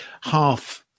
half